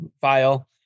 file